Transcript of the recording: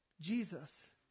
Jesus